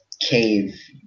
cave